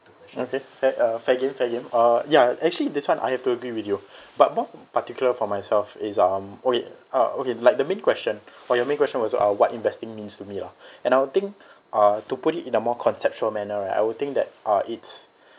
okay fair uh fair game fair game uh ya actually this one I have to agree with you but more particular for myself is um okay uh okay like the main question or your main question was uh what investing means to me lah and I'll think uh to put it in a more conceptual manner right I would think that uh it's